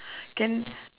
can